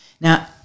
Now